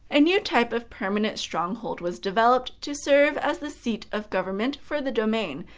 a new type of permanent stronghold was developed to serve as the seat of government for the domain,